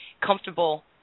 comfortable